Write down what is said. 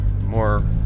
more